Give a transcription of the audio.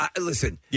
Listen